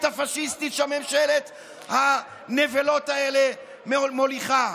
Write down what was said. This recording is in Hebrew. הפשיסטית שממשלת הנבלות האלה מוליכה,